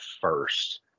first